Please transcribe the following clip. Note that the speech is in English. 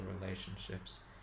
relationships